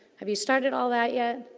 have you started all that yet?